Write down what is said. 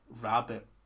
rabbit